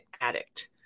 addict